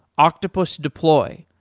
octopus deploy,